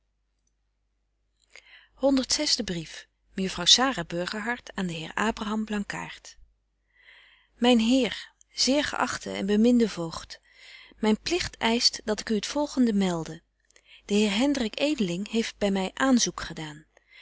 aan den heer abraham blankaart myn heer zeer geachte en beminde voogd myn pligt eischt dat ik u het volgende melde de heer hendrik edeling heeft by my aanzoek gedaan